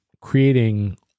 creating